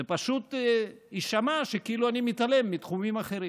זה פשוט יישמע כאילו אני מתעלם מתחומים אחרים.